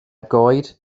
goed